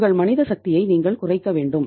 உங்கள் மனித சக்தியை நீங்கள் குறைக்க வேண்டும்